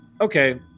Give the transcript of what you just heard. okay